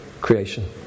creation